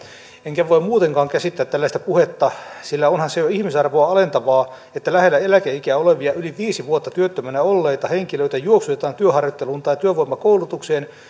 enkä voi muutenkaan käsittää tällaista puhetta sillä onhan se jo ihmisarvoa alentavaa että lähellä eläkeikää olevia yli viisi vuotta työttömänä olleita henkilöitä juoksutetaan työharjoitteluun tai työvoimakoulutukseen